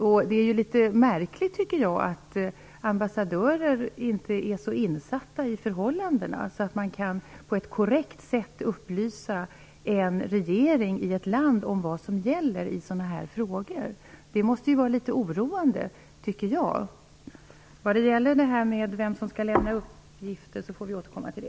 Jag tycker att det är märkligt att ambassadörer inte är så insatta i förhållandena att de på ett korrekt sätt kan upplysa en regering i ett land om vad som gäller i sådana frågor. Det måste vara litet oroande.